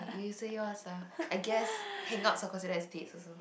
you say yours lah I guess hang outs are considered as dates also